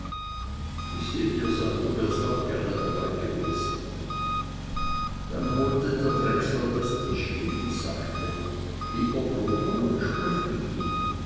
ich sehe dirs an du wärst auch gerne dabei gewesen dann holte der drechsler das tischchen und sagte lieber bruder nun sprich mit ihm